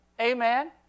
Amen